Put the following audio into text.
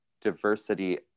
diversity